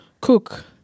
cook